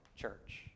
church